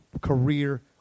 career